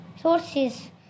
sources